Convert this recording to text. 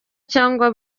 cyangwa